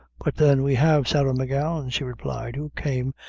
but, then we have sarah m'gowan, she replied, who came,